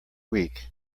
week